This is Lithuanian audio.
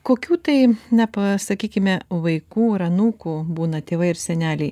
kokių tai nepasakykime vaikų ir anūkų būna tėvai ir seneliai